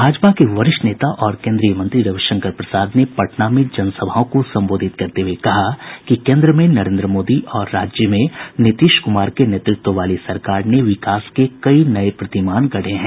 भाजपा के वरिष्ठ नेता और केन्द्रीय मंत्री रविशंकर प्रसाद ने पटना में जनसभाओं को संबोधित करते हुये कहा कि केन्द्र में नरेन्द्र मोदी और राज्य में नीतीश कुमार के नेतृत्व वाली सरकार ने विकास के कई नये प्रतिमान गढ़े हैं